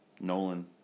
Nolan